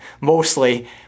mostly